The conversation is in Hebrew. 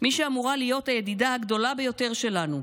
מי שאמורה להיות הידידה הגדולה ביותר שלנו,